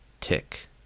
Tick